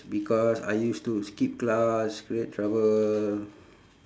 because I used to skip class create trouble